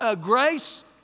grace